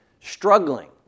struggling